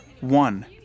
One